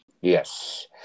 Yes